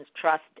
trust